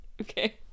Okay